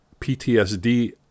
PTSD